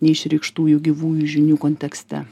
neišreikštųjų gyvųjų žinių kontekste